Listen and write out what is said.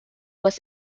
was